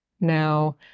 now